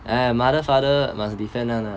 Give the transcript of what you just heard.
eh mother father must defend [one] lah